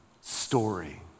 story